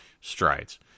strides